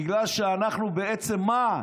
בגלל שאנחנו בעצם מה?